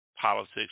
politics